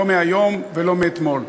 לא מהיום ולא מאתמול.